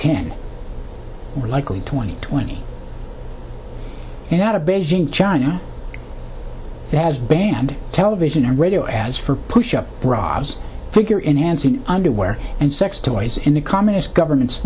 ten more likely twenty twenty and out of beijing china has banned television radio ads for push up bras figure in and see underwear and sex toys in the communist governments